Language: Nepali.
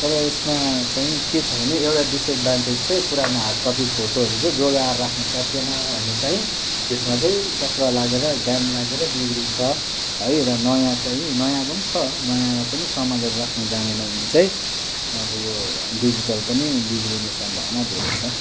तर यसमा चाहिँ के छ भने एउटा डिसएडभान्टेज चाहिँ पुरानो हार्ड कपी फोटोहरू चाहिँ जोगाएर राख्न सकिएन भने चाहिँ त्यसमा चाहिँ चक्र लागेर ड्याम्प लागेर बिग्रिन्छ है र नयाँ चाहिँ नयाँमा पनि छ नयाँमा पनि सम्हालेर राख्नु जानेन भने चाहिँ अब यो डिजिटल पनि बिग्रिने सम्भावना धेरै छ